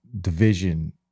division